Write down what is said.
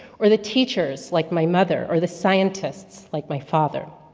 or the teachers, like my mother, or the scientists, like my father.